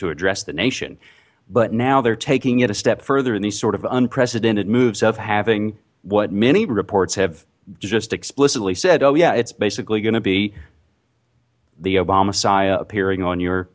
to address the nation but now they're taking it a step further in these sort of unprecedented moves of having what many reports have just explicitly said oh yeah it's basically going to be the obamessiah appearing on your